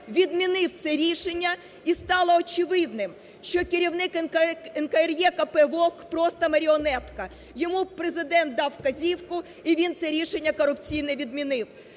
відмінив це рішення, і стало очевидним, що керівник НКРЕКП Вовк – просто маріонетка. Йому Президент дав вказівку, і він це рішення корупційне відмінив.